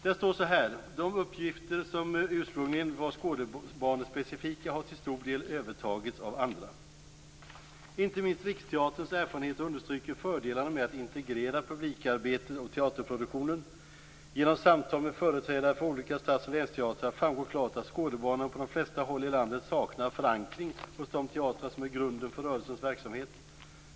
Där står följande: De uppgifter som ursprungligen var skådebanespecifika har till stor del övertagits av andra. Inte minst Riksteaterns erfarenheter understryker fördelarna med att integrera publikarbetet och teaterproduktionen. Genom samtal med företrädare för olika stads och länsteatrar framgår klart att Skådebanan på de flesta håll i landet saknar förankring hos de teatrar som är grunden för rörelsens verksamhet.